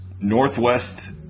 Northwest